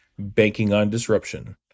bankingondisruption